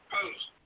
Post